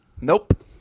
nope